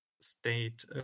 state